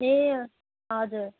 ए हजुर